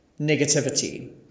negativity